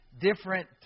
different